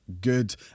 good